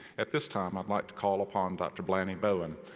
at this time, i'd like to call upon dr. blannie bowen,